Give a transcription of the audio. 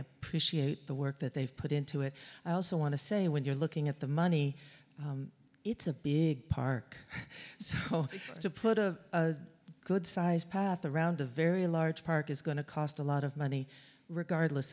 appreciate the work that they've put into it i also want to say when you're looking at the money it's a big park so to put a good sized path around a very large park is going to cost a lot of money